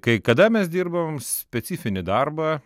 kai kada mes dirbam specifinį darbą